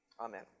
Amen